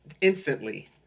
instantly